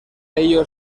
ello